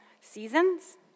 seasons